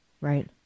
Right